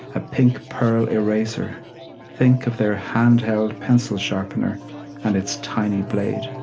a pink pearl eraser think of their handheld pencil sharpener and its tiny blade.